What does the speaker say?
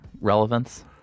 relevance